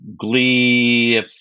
Glee